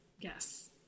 Yes